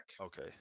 Okay